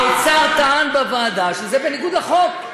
האוצר טען בוועדה שזה בניגוד לחוק.